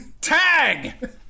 Tag